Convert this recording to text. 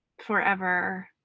forever